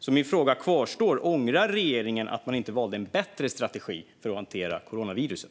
Därför kvarstår min fråga: Ångrar regeringen att man inte valde en bättre strategi för att hantera coronaviruset?